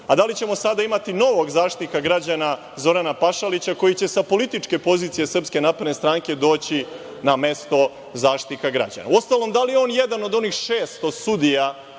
a da li ćemo sada imati novog Zaštitnika građana Zorana Pašalića koji će sa političke pozicije SNS doći na mesto Zaštitnika građana? Uostalom, da li je on jedan od onih 600 sudija